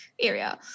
area